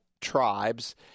tribes